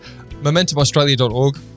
MomentumAustralia.org